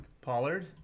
Pollard